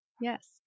Yes